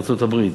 ארצות-הברית,